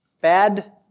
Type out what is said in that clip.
Bad